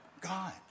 God